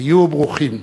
היו ברוכים.